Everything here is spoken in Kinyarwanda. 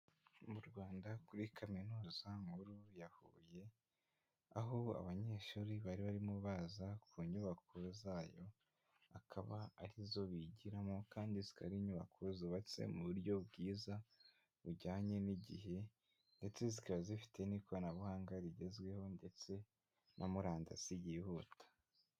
Mu Rwanda kuri kaminuza nkuru ya Huye, aho abanyeshuri bari barimo baza ku nyubako zayo. Akaba ari zo bigiramo kandi zikaba inyubako zubatse mu buryo bwiza bujyanye n'igihe ndetse zikaba zifite n'ikoranabuhanga rigezweho ndetse na murandasi yihuta.